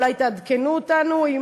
אולי תעדכנו אותנו.